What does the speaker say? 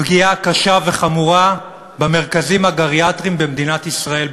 פגיעה קשה וחמורה במרכזים הגריאטריים במדינת ישראל,